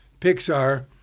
Pixar